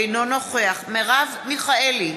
אינו נוכח מרב מיכאלי,